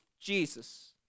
Jesus